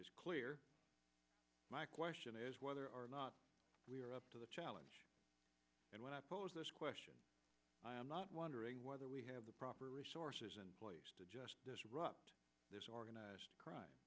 is clear my question is whether or not we are up to the challenge and when i pose this question i am not wondering whether we have the proper resources and just disrupt organized crime